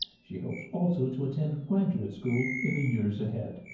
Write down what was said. she hopes also to attend graduate school in the years ahead.